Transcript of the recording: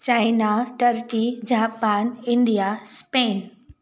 China turkey Japan India Spain